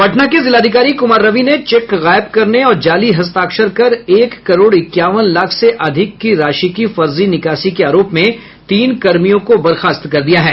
पटना के जिलाधिकारी कुमार रवि ने चेक गायब करने और जाली हस्ताक्षर कर एक करोड़ इक्यावन लाख से अधिक की राशि की फर्जी निकासी के आरोप में तीन कर्मियों को बर्खास्त कर दिया है